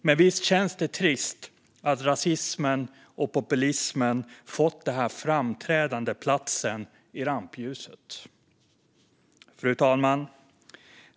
Men visst känns det trist att rasismen och populismen har fått den här framträdande platsen i rampljuset. Fru talman!